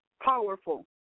powerful